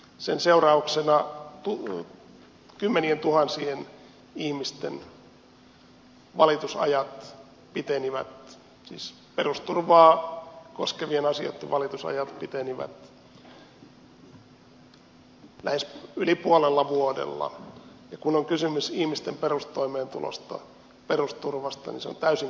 sen seurauksena kymmenientuhansien ihmisten valitusajat pitenivät siis perusturvaa koskevien asioitten valitusajat pitenivät lähes yli puolella vuodella ja kun on kysymys ihmisten perustoimeentulosta perusturvasta niin se on täysin kohtuutonta